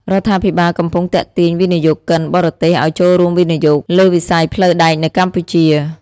រដ្ឋាភិបាលកំពុងទាក់ទាញវិនិយោគិនបរទេសឱ្យចូលរួមវិនិយោគលើវិស័យផ្លូវដែកនៅកម្ពុជា។